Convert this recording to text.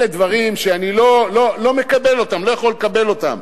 אלה דברים שאני לא מקבל אותם, לא יכול לקבל אותם.